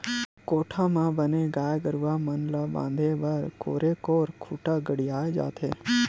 कोठा म बने गाय गरुवा मन ल बांधे बर कोरे कोर खूंटा गड़ियाये जाथे